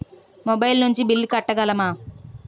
Mobile నుంచి bill కట్టగలమ?